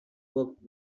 worked